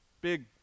big